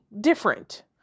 different